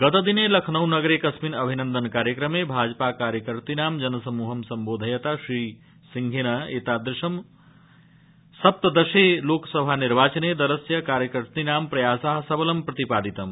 गतदिने लखनऊनगरे एकस्मिन् अमिनन्दन कार्यक्रमे भाजपा कार्यकर्तृणां जनसमूहं सम्बोधयता श्रीसिंहेन सप्तदशे लोकसभा निर्वाचने दलस्य कार्यकर्तृणां प्रयासा सबलं प्रतिपादितम्